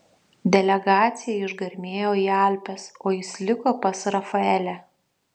delegacija išgarmėjo į alpes o jis liko pas rafaelę